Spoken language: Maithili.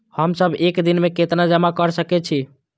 हम सब एक दिन में केतना जमा कर सके छी?